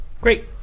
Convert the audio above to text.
Great